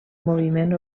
moviment